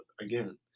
Again